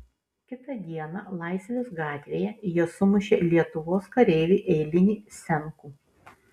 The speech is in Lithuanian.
kitą dieną laisvės gatvėje jie sumušė lietuvos kareivį eilinį senkų